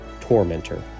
tormentor